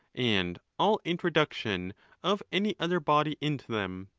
and all introduction of any other body into them.